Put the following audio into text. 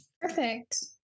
perfect